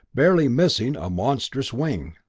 barely missing a monstrous wing.